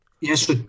Yes